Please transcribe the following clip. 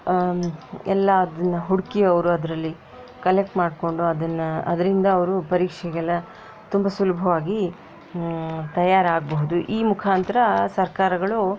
ಎಲ್ಲ ಅದನ್ನು ಹುಡುಕಿ ಅವರು ಅದರಲ್ಲಿ ಕಲೆಕ್ಟ್ ಮಾಡಿಕೊಂಡು ಅದನ್ನು ಅದರಿಂದ ಅವರು ಪರೀಕ್ಷೆಗೆಲ್ಲ ತುಂಬ ಸುಲಭವಾಗಿ ತಯಾರಾಗಬಹುದು ಈ ಮುಖಾಂತರ ಸರ್ಕಾರಗಳು